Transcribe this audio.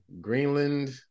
Greenland